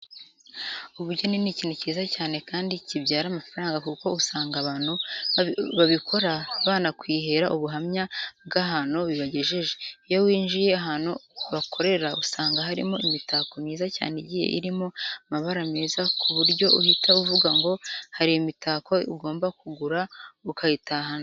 Ubugeni ni ikintu cyiza cyane kandi kibyara amafaranga kuko usanga abantu babikora banakwihera ubuhamya bw'ahantu bibagejeje. Iyo winjiye ahantu bakorera usanga harimo imitako myiza cyane igiye irimo amabara meza ku buryo uhita uvuga ngo hari imitako ugomba kugura ukayitahana.